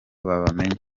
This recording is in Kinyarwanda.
babamenye